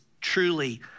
truly